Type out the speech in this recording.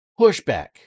pushback